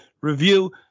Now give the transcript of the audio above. review